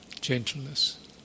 Gentleness